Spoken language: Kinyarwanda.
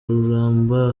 ruramba